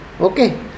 Okay